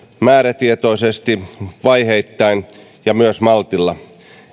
määrätietoisesti vaiheittain ja myös maltilla